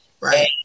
Right